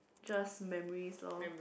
just memorise lor